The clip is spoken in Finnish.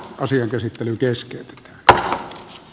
asian käsittely keskeytti b a